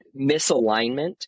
misalignment